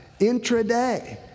intraday